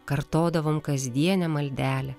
kartodavom kasdienę maldelę